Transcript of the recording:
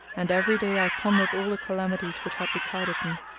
and every day i pondered all the calamities which had betided me,